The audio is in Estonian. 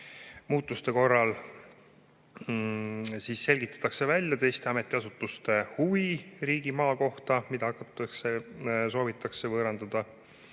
muutuste korral selgitatakse välja teiste ametiasutuste huvi riigimaa kohta, mida soovitakse võõrandada